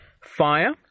fire